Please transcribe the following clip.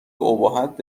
ابهت